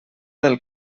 del